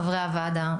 חברי הוועדה,